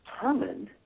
determined